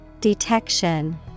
Detection